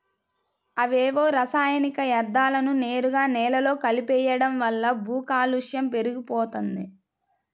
అవేవో రసాయనిక యర్థాలను నేరుగా నేలలో కలిపెయ్యడం వల్ల భూకాలుష్యం పెరిగిపోతంది